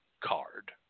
card